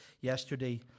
yesterday